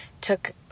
took